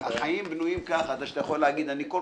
החיים בנויים כך שאתה יכול להגיד: אני כל